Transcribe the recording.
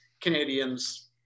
Canadians